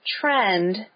trend